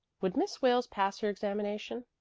would miss wales pass her examination?